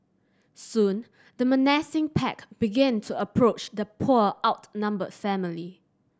soon the menacing pack began to approach the poor outnumbered family